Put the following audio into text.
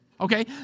okay